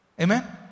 Amen